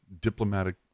diplomatic